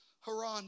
Haran